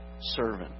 servant